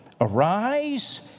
arise